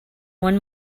one